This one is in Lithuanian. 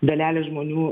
dalelę žmonių